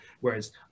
Whereas